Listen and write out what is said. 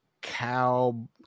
cow